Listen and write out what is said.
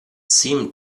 seemed